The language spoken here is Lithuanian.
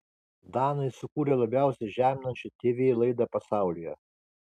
danai sukūrė labiausiai žeminančią tv laidą pasaulyje